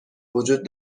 وجود